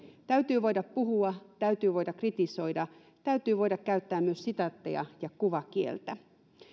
täytyy voida puhua täytyy voida kritisoida täytyy voida käyttää myös sitaatteja ja kuvakieltä